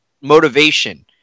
motivation